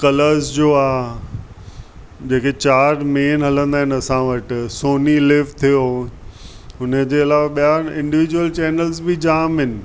curl-less जो आहे जेके चारि मेन हलंदा आहिनि असां वटि सोनी लिव थियो हुनजे अलावा ॿिया इंडिविज्यूल चैनल्स बि जाम आहिनि